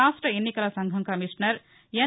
రాష్ట ఎన్నికల సంఘం కమీషనర్ ఎస్